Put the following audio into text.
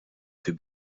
fait